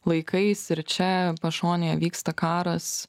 laikais ir čia pašonėje vyksta karas